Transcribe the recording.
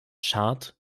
schad